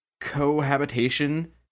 cohabitation